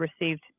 received